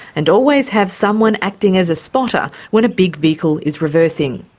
and always have someone acting as a spotter when a big vehicle is reversing.